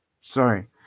sorry